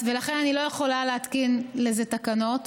ולכן אני לא יכולה להתקין לזה תקנות.